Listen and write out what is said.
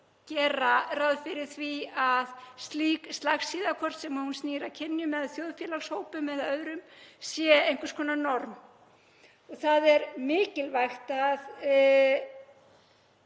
gera ráð fyrir að slík slagsíða, hvort sem hún snýr að kynjum, þjóðfélagshópum eða öðrum, sé einhvers konar norm. Það er mikilvægt að